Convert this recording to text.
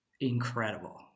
incredible